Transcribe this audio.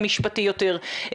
המשפטי יותר.